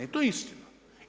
I to je istina.